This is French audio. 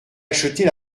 acheter